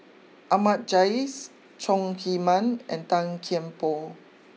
Ahmad Jais Chong Heman and Tan Kian Por